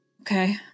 Okay